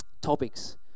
topics